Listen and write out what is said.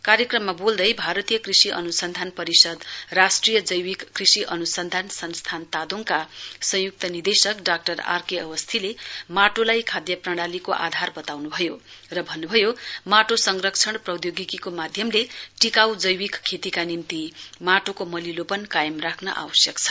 कार्यक्रममा बोल्दै भारतीय कृषि अनुसन्धान परिषद राष्ट्रिय जैविक कृषि अनुसन्धान संस्थान तादोङका संयुक्त निर्देशक डाक्टर आर के अवस्थीले माटोलाई खाद्य प्रणालीको आधार बताउनु भयो र भन्नुभयो माटो संरक्षण प्रौद्योगिकीको माध्यमले टिकाउ जैविक खेतीका निम्ति माटो मलिलोपन कायम राख्न आवश्यक छ